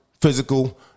physical